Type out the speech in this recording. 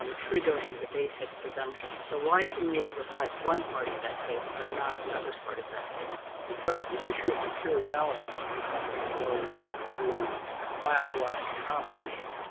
um triggering the basic presumption. so, why couldn't you rebut one part of that case but not another part of that case? boies because the issue of materiality is something that goes to a class-wide common issue.